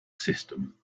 system